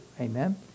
Amen